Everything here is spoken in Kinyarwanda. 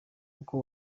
uko